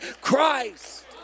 Christ